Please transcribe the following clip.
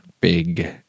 big